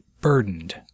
burdened